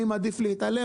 אני מעדיף להתעלם.